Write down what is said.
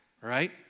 right